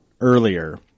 earlier